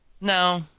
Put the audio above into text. No